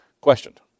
questioned